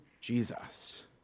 Jesus